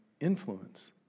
influence